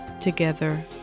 together